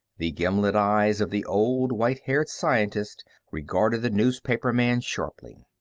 the gimlet eyes of the old white-haired scientist regarded the newspaperman sharply.